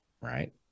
right